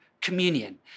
communion